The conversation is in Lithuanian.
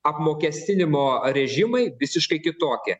apmokestinimo režimai visiškai kitokie